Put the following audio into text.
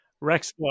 rex